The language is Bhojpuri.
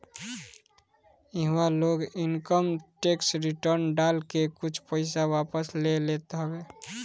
इहवा लोग इनकम टेक्स रिटर्न डाल के कुछ पईसा वापस ले लेत हवे